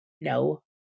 No